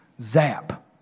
zap